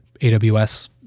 AWS